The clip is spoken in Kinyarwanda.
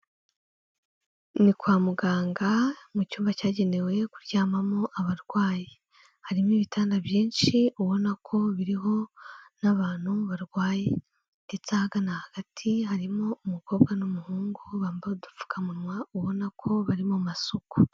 Ni kwa muganga mu cyumba cyagenewe kuryamamo abarwayi, harimo ibitanda byinshi ubona ko biriho n'abantu barwaye ndetse ahagana hagati harimo umukobwa n'umuhungu bambaye udupfukamunwa, ubona ko bari mu masuku.